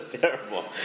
terrible